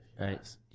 right